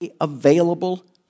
available